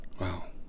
Wow